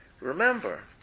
Remember